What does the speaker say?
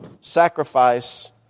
sacrifice